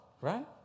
right